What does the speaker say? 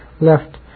left